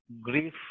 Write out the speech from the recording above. grief